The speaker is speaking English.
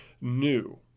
new